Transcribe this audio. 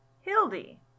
Hildy